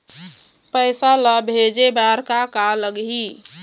पैसा ला भेजे बार का का लगही?